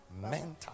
mental